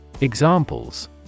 Examples